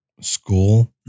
school